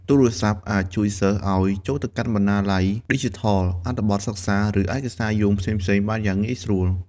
ទូរស័ព្ទអាចជួយសិស្សឲ្យចូលទៅកាន់បណ្ណាល័យឌីជីថល អត្ថបទសិក្សា ឬឯកសារយោងផ្សេងៗបានយ៉ាងងាយស្រួល។